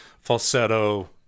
falsetto